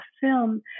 film